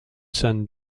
son